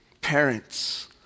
Parents